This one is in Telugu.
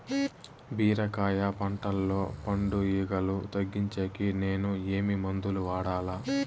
బీరకాయ పంటల్లో పండు ఈగలు తగ్గించేకి నేను ఏమి మందులు వాడాలా?